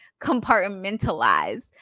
compartmentalize